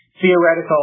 theoretical